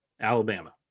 Alabama